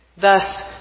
Thus